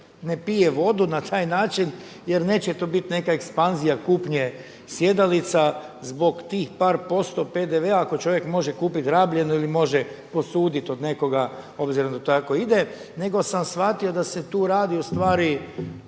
ne pije vodu na taj način jer neće tu biti neka ekspanzija kupnje sjedalica zbog tih par posto PDV-a ako čovjek može kupiti rabljenu ili može posuditi od nekoga obzirom da to tako ide, nego sam shvatio da se tu radi ustvari